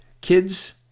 kids